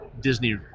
Disney